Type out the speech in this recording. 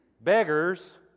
beggars